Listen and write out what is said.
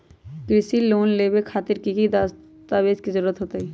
कृषि लोन लेबे खातिर की की दस्तावेज के जरूरत होतई?